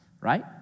right